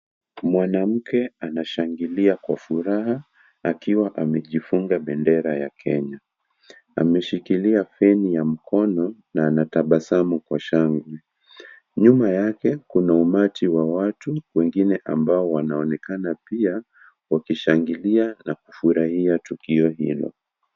Mwanamke anashangilia kwa furaha, akiwa amejifunga bendera ya Kenya, ameshikilia peni ya mkono, na ametabasamu kwa shangwe, nyuma yake, kuna umati wa watu, wengine ambao wanaonekana pia, wakishangilia na kufuraha tukio hilo.